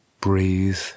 Breathe